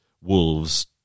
Wolves